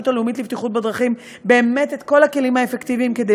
הלאומית לבטיחות בדרכים באמת את כל הכלים האפקטיביים כדי